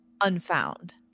unfound